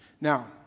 Now